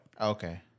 okay